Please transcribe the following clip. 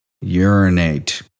urinate